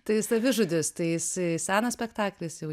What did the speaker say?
tai savižudis tai jis senas spektaklis jau